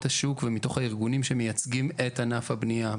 השוק ומתוך הארגונים שמייצגים את ענף הבניה,